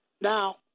Now